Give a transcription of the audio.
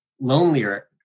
lonelier